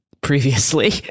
previously